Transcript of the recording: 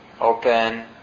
open